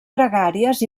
gregàries